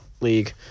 league